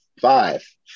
five